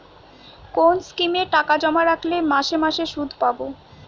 কোন স্কিমে টাকা জমা রাখলে মাসে মাসে সুদ পাব?